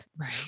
Right